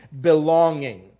belonging